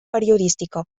periodística